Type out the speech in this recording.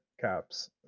caps